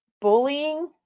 bullying